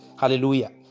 Hallelujah